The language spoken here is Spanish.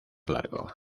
largo